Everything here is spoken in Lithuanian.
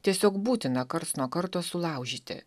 tiesiog būtina karts nuo karto sulaužyti